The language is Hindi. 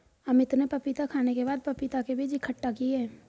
अमित ने पपीता खाने के बाद पपीता के बीज इकट्ठा किए